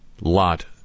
lot